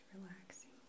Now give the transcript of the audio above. relaxing